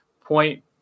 point